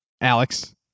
Alex